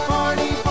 Party